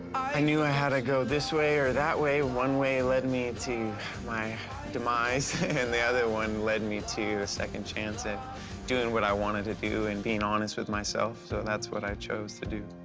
i knew i had to go this way or that way. one way led me to my demise, and the other one led me to a second chance at doing what i wanted to do and being honest with myself. so and that's what i chose to do.